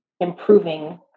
improving